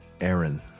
Aaron